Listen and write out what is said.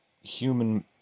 human